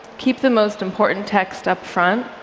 keep the most important text up front,